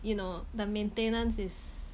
you know the maintenance is